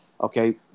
Okay